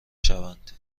شوند